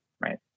Right